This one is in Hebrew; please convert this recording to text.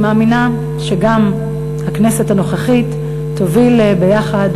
אני מאמינה שגם הכנסת הנוכחית תוביל ביחד,